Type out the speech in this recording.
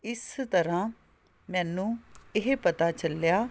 ਇਸ ਤਰ੍ਹਾਂ ਮੈਨੂੰ ਇਹ ਪਤਾ ਚੱਲਿਆ